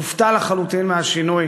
הופתע לחלוטין מן השינוי,